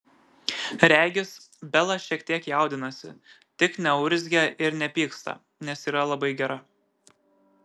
regis bela šiek tiek jaudinasi tik neurzgia ir nepyksta nes yra labai gera